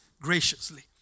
graciously